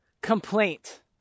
complaint